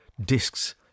discs